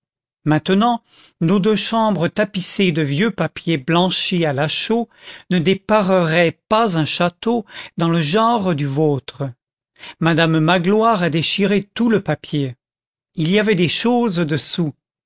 maintenant nos deux chambres tapissées de vieux papier blanchi à la chaux ne dépareraient pas un château dans le genre du vôtre madame magloire a déchiré tout le papier il y avait des choses dessous